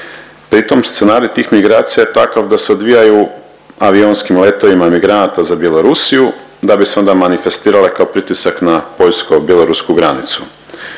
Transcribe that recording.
pri tom scenarij tih migracija je takav da se odvijaju avionskim letovima migranata za Bjelorusiju da bi se onda manifestirale kao pritisak na Poljsko-bjelorusku granicu.